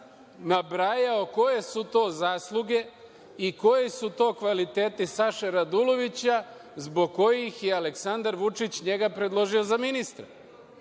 nabrajao koje su te zasluge i koji su to kvaliteti Saše Radulovića zbog kojih je Aleksandar Vučić njega predložio za ministra.